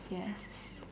yes